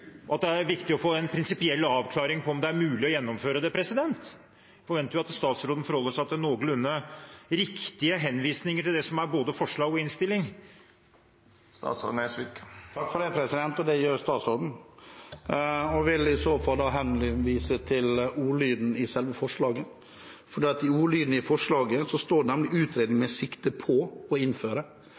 og at det er viktig å få en prinsipiell avklaring av om det er mulig å gjennomføre det? Jeg forventer at statsråden henviser noenlunde riktig til både forslagene og innstillingen. Det gjør statsråden, og jeg vil i så måte henvise til ordlyden i selve forslaget. Ordlyden i forslaget er nemlig at man ber regjeringen utrede «med sikte på å innføre».